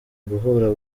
guhura